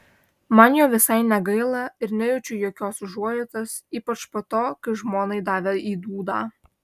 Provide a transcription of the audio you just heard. man jo visai negaila ir nejaučiu jokios užuojautos ypač po to kai žmonai davė į dūdą